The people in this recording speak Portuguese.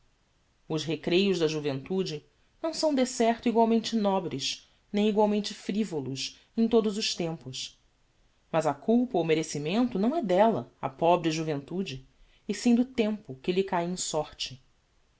os recreios da juventude não são de certo egualmenle nobres nem egualmente frivolos em todos os tempos mas a culpa ou o merecimento não é della a pobre juventude é sim do tempo que lhe cae em sorte